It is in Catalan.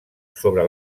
sobre